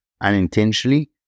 unintentionally